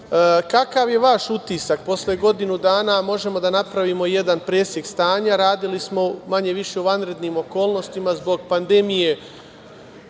Kakav je vaš utisak posle godinu dana, a možemo da napravimo jedan presek stanja, radili smo manje-više u vanrednim okolnostima zbog pandemije